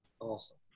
awesome